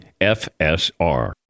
FSR